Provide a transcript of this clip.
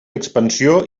expansió